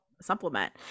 supplement